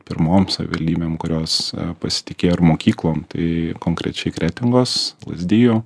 pirmom savivaldybėm kurios pasitikėjo ir mokyklom tai konkrečiai kretingos lazdijų